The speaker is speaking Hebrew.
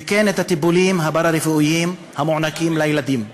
וכן את הטיפולים הפארה-רפואיים המוענקים לילדים.